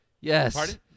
Yes